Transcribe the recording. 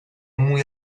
muy